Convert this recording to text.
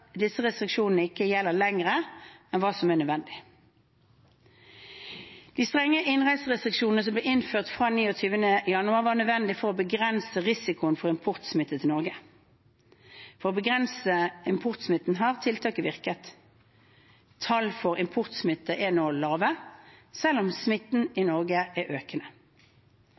disse restriksjonene ikke gjelder lenger enn hva som er nødvendig. De strenge innreiserestriksjonene som ble innført fra 29. januar, var nødvendige for å begrense risikoen for importsmitte til Norge. For å begrense importsmitten har tiltaket virket. Tall for importsmitte er nå lave, selv om smitten i Norge er økende.